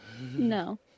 No